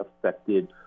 affected